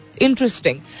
interesting